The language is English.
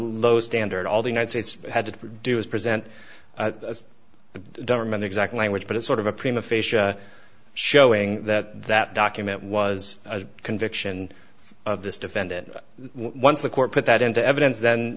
low standard all the united states had to do is present the government exact language but it's sort of a prima facia showing that that document was a conviction of this defendant once the court put that into evidence then